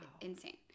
Insane